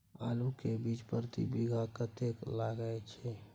आलू के बीज प्रति बीघा कतेक लागय छै?